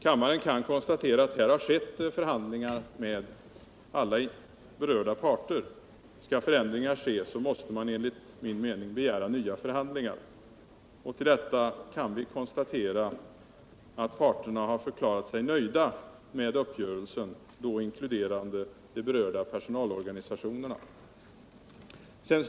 Kammaren kan konstatera att förhandlingar har ägt rum med alla berörda parter. Skall förändringar ske måste man enligt min mening begära nya förhandlingar. Till detta kan vi konstatera att parterna, inkl. de berörda personalorganisationerna, förklarat sig nöjda med uppgörelsen.